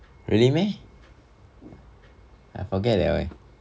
really meh I forget liao eh